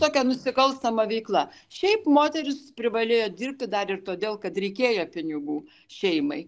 tokia nusikalstama veikla šiaip moterys privalėjo dirbti dar ir todėl kad reikėjo pinigų šeimai